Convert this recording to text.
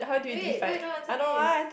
wait wait no answer this